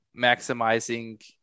maximizing